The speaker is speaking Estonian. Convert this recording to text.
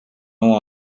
oma